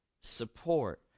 support